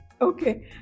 Okay